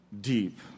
deep